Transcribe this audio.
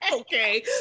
Okay